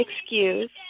excuse